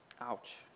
Ouch